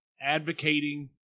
advocating